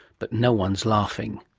but no one's laughing.